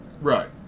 right